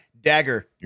dagger